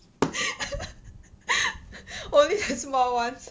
only the small ones